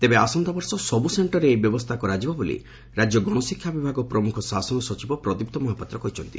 ତେବେ ଆସନ୍ତା ବର୍ଷ ସବୁ ସେକ୍କରରେ ଏହି ବ୍ୟବସ୍ଥା କରାଯିବ ବୋଲି ରାଜ୍ୟ ଗଣଶିକ୍ଷା ବିଭାଗ ପ୍ରମୁଖ ଶାସନ ସଚିବ ପ୍ରଦୀପ୍ତ ମହାପାତ୍ର କହିଛନ୍ତି